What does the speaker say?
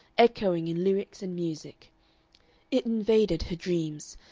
echoing in lyrics and music it invaded her dreams,